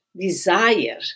desire